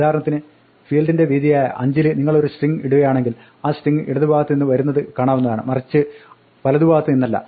ഉദാഹരണത്തിന് ഫീൽഡിന്റെ വീതിയായ 5 ൽ നിങ്ങളൊരു സ്ട്രിങ്ങ് ഇടുകയാണെങ്കിൽ ആ സ്ട്രിങ്ങ് ഇടതു ഭാഗത്ത് നിന്ന് വരുന്നത് കാണാവുന്നതാണ് മറിച്ച് വലതു ഭാഗത്ത് നിന്നല്ല